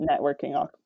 networking